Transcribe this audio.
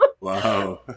Wow